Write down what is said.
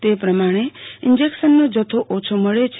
તે પ્રમાણે ઈન્જેકશનનો જથ્થો ઓછો મળે છે